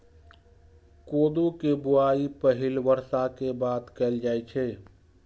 कोदो के बुआई पहिल बर्षा के बाद कैल जाइ छै